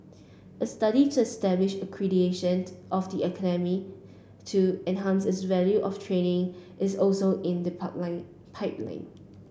a study to establish accreditation of the academy to enhance its value of training is also in the pipeline